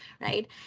Right